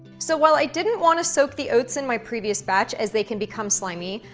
so while i didn't wanna soak the oats in my previous batch as they can become slimy,